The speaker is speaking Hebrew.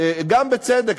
גם בצדק,